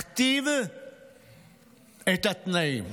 מכתיב את התנאים.